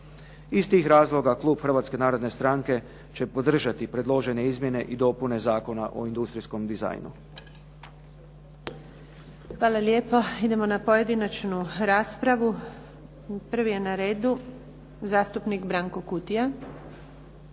Iz tih razloga Klub Hrvatske Narodne Stranke će podržati predložene Izmjene i dopune Zakona o industrijskom dizajnu. **Antunović, Željka (SDP)** Hvala lijepo. Idemo na pojedinačnu raspravu. Prvi je na redu zastupnik Branko Kutija.